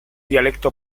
dialecto